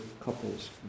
couple's